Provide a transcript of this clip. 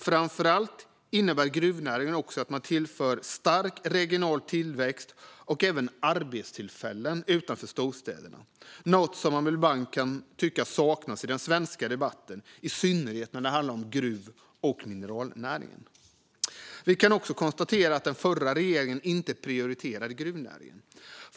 Framför allt innebär gruvnäringen också att man tillför stark regional tillväxt och även arbetstillfällen utanför storstäderna - något man ibland kan tycka saknas i den svenska debatten, i synnerhet när det handlar om gruv och mineralnäringen. Vi kan också konstatera att den förra regeringen inte prioriterade gruvnäringen.